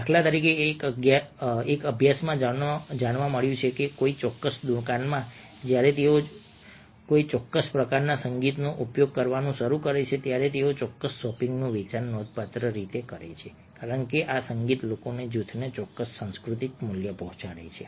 દાખલા તરીકે એક અભ્યાસમાં જાણવા મળ્યું છે કે કોઈ ચોક્કસ દુકાનમાં જ્યારે તેઓ કોઈ ચોક્કસ પ્રકારના સંગીતનો ઉપયોગ કરવાનું શરૂ કરે છે ત્યારે તેઓ ચોક્કસ શોપિંગનું વેચાણ નોંધપાત્ર રીતે કરે છે કારણ કે આ સંગીત લોકોના જૂથને ચોક્કસ સાંસ્કૃતિક મૂલ્ય પહોંચાડે છે